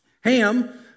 Ham